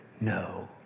No